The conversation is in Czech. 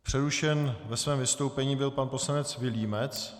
Přerušen ve svém vystoupení byl pan poslanec Vilímec.